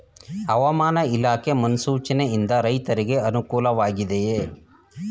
ಹವಾಮಾನ ಇಲಾಖೆ ಮುನ್ಸೂಚನೆ ಯಿಂದ ರೈತರಿಗೆ ಅನುಕೂಲ ವಾಗಿದೆಯೇ?